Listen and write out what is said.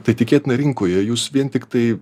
tai tikėtina rinkoje jūs vien tiktai